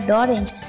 orange